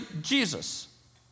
Jesus